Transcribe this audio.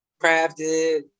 crafted